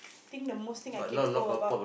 think the Muslim are capable about